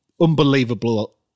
unbelievable